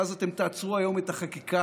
ואז אתם תעצרו היום את החקיקה,